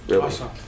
Awesome